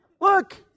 Look